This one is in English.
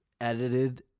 edited